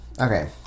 Okay